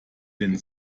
den